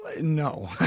no